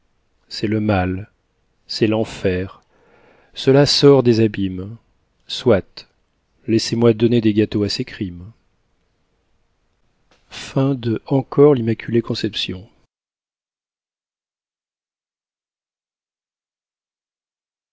c'est le mal c'est l'enfer cela sort des abîmes soit laissez-moi donner des gâteaux à ces crimes